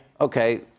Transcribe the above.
Okay